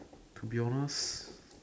to be honest